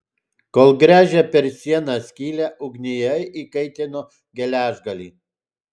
kol gręžė per sieną skylę ugnyje įkaitino geležgalį